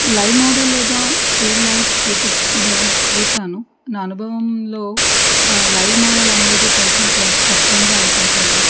live model లేదా still life సెటప్ని గీసాను నా అనుభవంలో లైవ్ మోడల్ అనేది కొంచెం కష్టంగా అనిపించింది